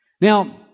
Now